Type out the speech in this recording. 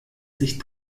sich